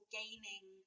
gaining